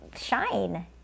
shine